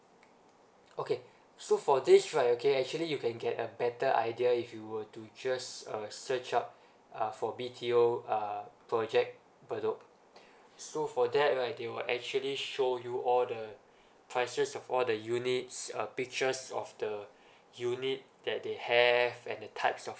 okay so for this right okay actually you can get a better idea if you were to just uh search up uh for B_T_O uh project bedok so for that right they will actually show you all the prices of all the units uh pictures of the unit that they have and the types of